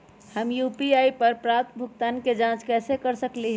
हम यू.पी.आई पर प्राप्त भुगतान के जाँच कैसे कर सकली ह?